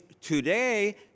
today